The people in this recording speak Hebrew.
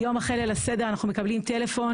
יום אחרי ליל הסדר, אנחנו מקבלים טלפון.